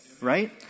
Right